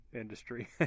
industry